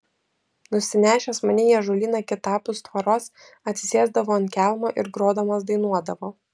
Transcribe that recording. nusinešęs mane į ąžuolyną kitapus tvoros atsisėsdavo ant kelmo ir grodamas dainuodavo